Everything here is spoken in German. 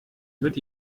mit